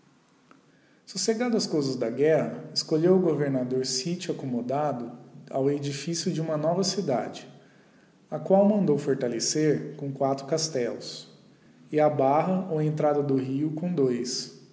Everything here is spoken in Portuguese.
socegadas as cousas da guerra escolheu o governador sitio accommodado ao edifício de uma nova cidade a qual mandou fortalecer com quatro castellos e a barra ou entrada do rio com dois